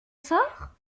sort